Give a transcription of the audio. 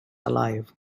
alive